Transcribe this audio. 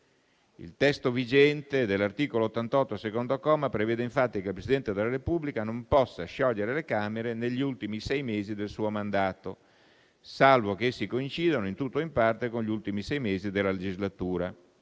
Il testo vigente dell'articolo 88, secondo comma, prevede infatti che il Presidente della Repubblica non possa sciogliere le Camere negli ultimi sei mesi del suo mandato, salvo che essi coincidano in tutto o in parte con gli ultimi sei mesi della legislatura.